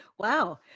Wow